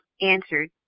answered